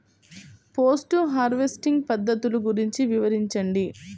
Post harvesting పద్ధతులు గురించి వివరించండి?